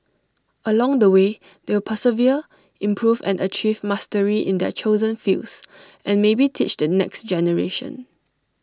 along the way they will persevere improve and achieve mastery in their chosen fields and maybe teach the next generation